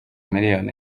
miliyoni